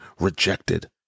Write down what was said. rejected